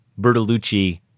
Bertolucci